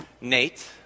Nate